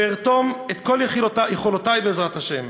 וארתום את כל יכולתי, בעזרת השם,